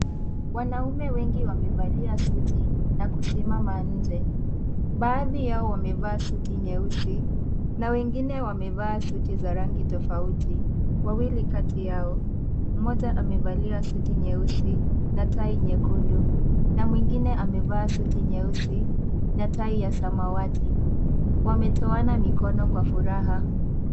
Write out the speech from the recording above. Wanaume wengi wamevalia suti na kusimama nje. Baadhi yao wamvaa suti nyeusi na wengine wamevaa suti za rangi tofauti. Wawili kati yao, mmoja amevalia suti nyeusi na tai nyekundu na mwengine amevaa suti nyeusi na tai ya samawati. Wametoana mikono kwa furaha.